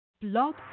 blog